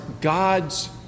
God's